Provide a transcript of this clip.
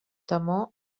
temor